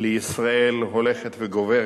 עוד לא